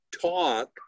talk